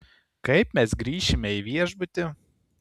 kaip mes grįšime į viešbutį